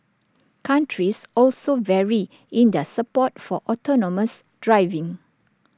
countries also vary in their support for autonomous driving